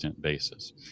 basis